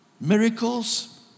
Miracles